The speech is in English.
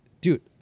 dude